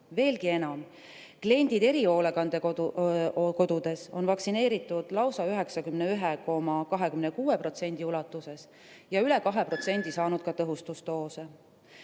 Veelgi enam, kliendid erihoolekandeasutustes on vaktsineeritud lausa 91,26% ulatuses ja üle 2% on saanud tõhustusdoosi.